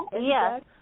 Yes